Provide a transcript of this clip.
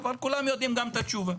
אבל כולם יודעים גם את התשובה.